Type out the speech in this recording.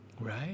Right